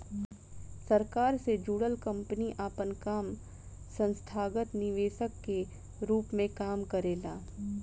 सरकार से जुड़ल कंपनी आपन काम संस्थागत निवेशक के रूप में काम करेला